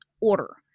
order